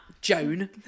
Joan